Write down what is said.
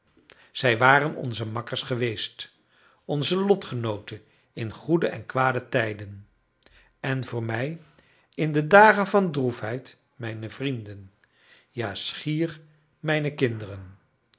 zij waren onze makkers geweest onze lotgenooten in goede en kwade tijden en voor mij in de dagen van droefheid mijne vrienden ja schier mijne kinderen